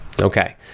Okay